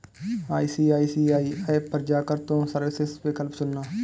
ICICI app पर जा कर तुम सर्विसेस विकल्प चुनना